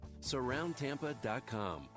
surroundtampa.com